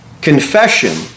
Confession